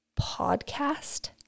podcast